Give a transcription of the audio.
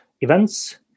events